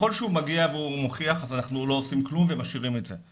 ככל שהוא מגיע והוא מוכיח ואנחנו לא עושים כלום ומשאירים את זה,